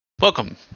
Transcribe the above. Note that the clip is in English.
Welcome